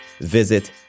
Visit